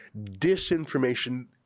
disinformation